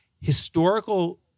Historical